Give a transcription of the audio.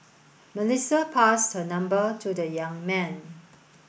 Melissa passed her number to the young man